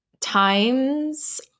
times